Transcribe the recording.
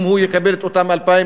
אם הוא יקבל את אותם 2,000,